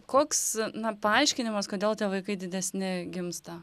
koks na paaiškinimas kodėl tie vaikai didesni gimsta